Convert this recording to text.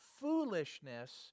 foolishness